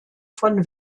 von